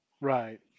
Right